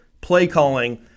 play-calling